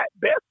Best